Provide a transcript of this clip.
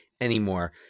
anymore